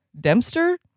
Dempster